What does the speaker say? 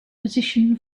position